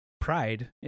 pride